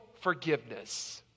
forgiveness